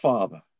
Father